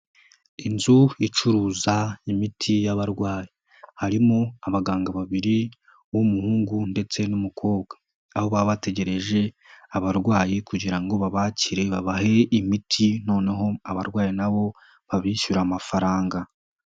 Inzu icuruza imiti y'abarwayi, harimo abaganga babiri b'umuhungu ndetse n'umukobwa, aho baba bategereje abarwayi kugira ngo babakire babahe imiti noneho abarwayi na bo babishyura amafaranga.